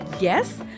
yes